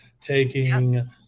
taking